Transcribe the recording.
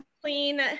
clean